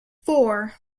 four